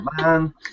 man